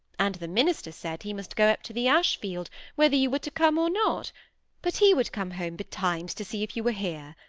and the minister said he must go up to the ashfield whether you were to come or not but he would come home betimes to see if you were here.